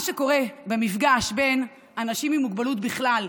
מה שקורה במפגש בין אנשים עם מוגבלות בכלל,